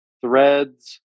Threads